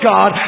God